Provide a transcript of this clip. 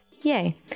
Yay